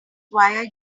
why